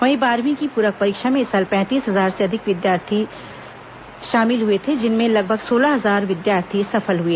वहीं बारहवीं की पूरक परीक्षा में इस साल पैंतीस हजार से अधिक परीक्षार्थी शामिल हुए थे जिनमें लगभग सोलह हजार विद्यार्थी सफल हुए